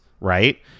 right